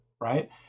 right